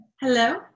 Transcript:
Hello